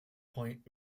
point